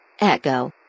Echo